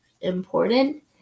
important